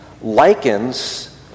likens